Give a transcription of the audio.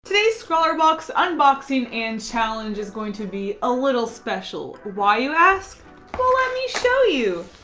today's scrawlrbox unboxing and challenge is going to be a little special. why you ask? well, let me show you.